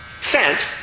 sent